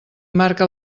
marca